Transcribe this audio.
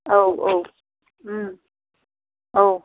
औ औ औ